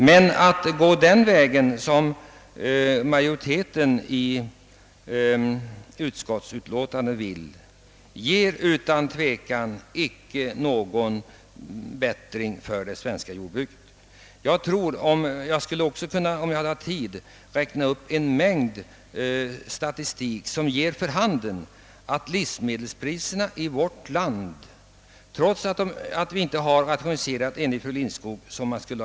Men att gå den väg som majoriteten av utskottet vill, ger utan tvekan icke någon bättring för det svenska jordbruket. Om jag hade haft tid skulle jag ha kunnat återge en mängd statistiska uppgifter, som ger vid handen att livsmedelspriserna i vårt land, trots att vi enligt fru Lindskog inte har rationaliserat som man borde ha gjort, ligger avsevärt lägre än i många andra länder.